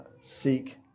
seek